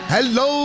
Hello